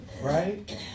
Right